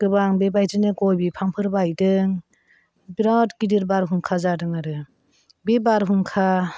गोबां बेबादिनो गय बिफांफोर बायदों बिराद गिदिर बारहुंखा जादों आरो बे बारहुंखा